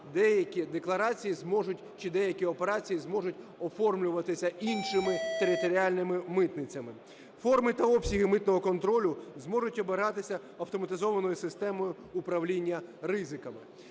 деякі декларації зможуть чи деякі операції зможуть оформлюватися іншими територіальними митницями. Форми та обсяги митного контролю зможуть обиратися автоматизованою системою управління ризиками.